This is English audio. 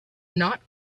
not